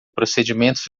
procedimentos